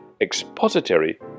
expository